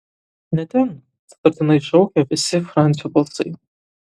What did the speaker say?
ne ten sutartinai šaukė visi francio balsai